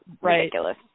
ridiculous